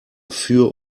für